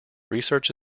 research